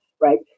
right